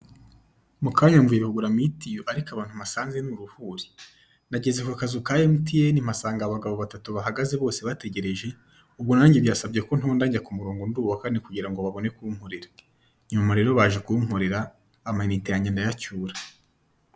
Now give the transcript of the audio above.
Mu kanya mvuye kugura mitiyu ariko abantu mpasanze ni uruhuri, nageze ku kazu ka emutiyene mpasanga abagabo batatu bahagaze bose bategereje, ubwo nange byansabye ko ntonda njya ku murongo ndi uwa kane kugira ngo babone kunkorera, nyuma rero baje kunkorera amayinite yange ndayacyura.